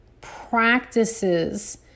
practices